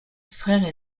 frère